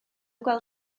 gweld